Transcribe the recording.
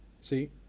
See